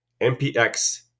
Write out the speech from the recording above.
MPX